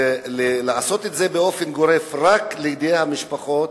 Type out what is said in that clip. לעשות את זה באופן גורף רק לידי המשפחות,